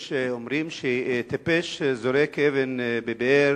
יש אומרים שאבן שטיפש זורק לבאר,